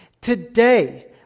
Today